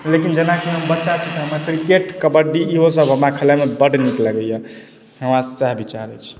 लेकिन जेनाकि हम बच्चा छी हमरा किरकेट कबड्डी ईहोसब हमरा खेलाइमे बड्ड नीक लगैए हमरा सएह विचार अछि